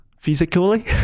physically